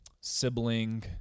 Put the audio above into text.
sibling